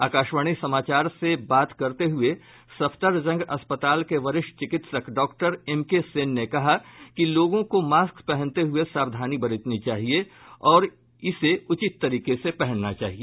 आकाशवाणी समाचार से बात करते हुए सफदरजंग अस्पताल के वरिष्ठ चिकित्सक डॉक्टर एम के सेन ने कहा कि लोगों को मास्क पहनते हुए सावधानी बरतनी चाहिए और इसे उचित तरीके से पहनना चाहिए